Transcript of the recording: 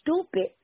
stupid